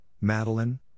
Madeline